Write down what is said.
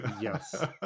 yes